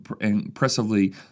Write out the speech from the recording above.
impressively